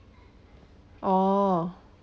orh